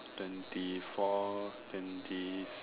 twenty four twenty